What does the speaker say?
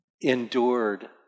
Endured